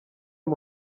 ari